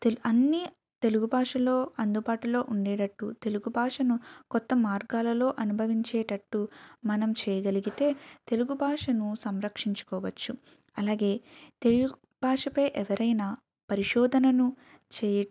తెలు అన్నీ తెలుగు భాషలో అందుబాటులో ఉండేటట్టు తెలుగు భాషను కొత్త మార్గాలలో అనుభవించేటట్టు మనం చేయగలిగితే తెలుగు భాషను సంరక్షించుకోవచ్చు అలాగే తెలుగు భాషపై ఎవరైనా పరిశోధనను చేయ